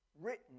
written